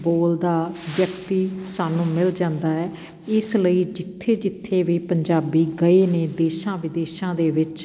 ਬੋਲਦਾ ਵਿਅਕਤੀ ਸਾਨੂੰ ਮਿਲ ਜਾਂਦਾ ਹੈ ਇਸ ਲਈ ਜਿੱਥੇ ਜਿੱਥੇ ਵੀ ਪੰਜਾਬੀ ਗਏ ਨੇ ਦੇਸ਼ਾਂ ਵਿਦੇਸ਼ਾਂ ਦੇ ਵਿੱਚ